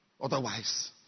Otherwise